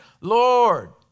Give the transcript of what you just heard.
Lord